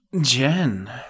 Jen